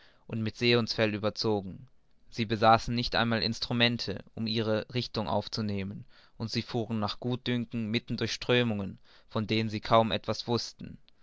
und mit seehundsfell überzogen sie besaßen nicht einmal instrumente um ihre richtung aufzunehmen und sie fuhren nach gutdünken mitten durch strömungen von denen sie kaum etwas wußten